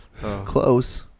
Close